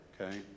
okay